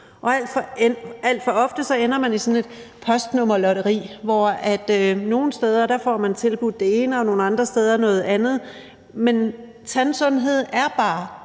alt for ofte ender man i sådan et postnummerlotteri, hvor man nogen steder får tilbudt det ene, og andre steder noget andet. Men tandsundhed er bare